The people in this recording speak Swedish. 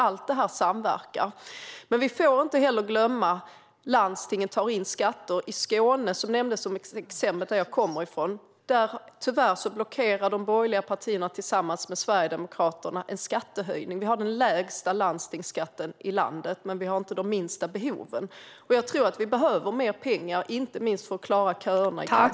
Allt det här samverkar. Men vi får inte heller glömma att landstingen tar in skatter. I Skåne, som nämndes som exempel och som jag kommer från, blockerar tyvärr de borgerliga partierna tillsammans med Sverigedemokraterna en skattehöjning. Vi har den lägsta landstingsskatten i landet, men vi har inte de minsta behoven. Jag tror att vi behöver mer pengar, inte minst för att klara köerna i cancervården.